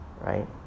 right